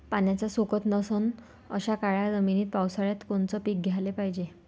पाण्याचा सोकत नसन अशा काळ्या जमिनीत पावसाळ्यात कोनचं पीक घ्याले पायजे?